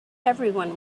everyone